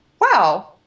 Wow